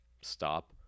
Stop